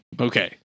Okay